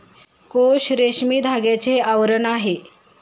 कोश रेशमी धाग्याचे आवरण आहे